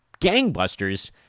gangbusters